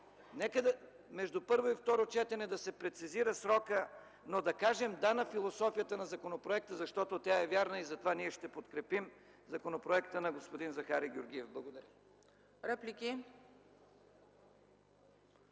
нека между първо и второ четене да се прецизира срокът, но да кажем „да” на философията на законопроекта, защото тя е вярна и затова ние ще подкрепим законопроекта на господин Захари Георгиев. Благодаря.